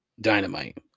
dynamite